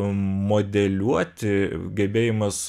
modeliuoti gebėjimas